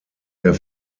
der